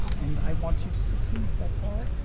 and i want you to succeed, that's all.